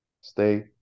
stay